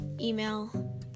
email